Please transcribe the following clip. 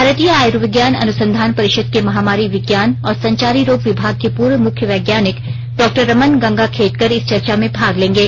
भारतीय आयर्विज्ञान अनुसंधान परिषद के महामारी विज्ञान और संचारी रोग विभाग के पूर्व मुख्य वैज्ञानिक डॉक्टर रमन गंगाखेडकर इस चर्चा में भाग लेंगे